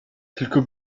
tylko